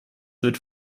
wird